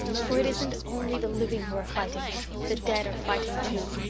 for it isn't only the living who are fighting the dead are fighting too.